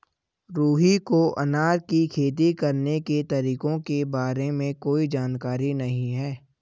रुहि को अनार की खेती करने के तरीकों के बारे में कोई जानकारी नहीं है